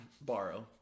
borrow